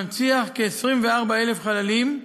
המנציח כ־24,000 חללים,